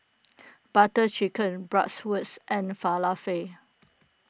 Butter Chicken Bratwurst and Falafel